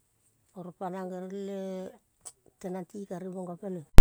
Oro panang gerele tenang ti kari monga peleng.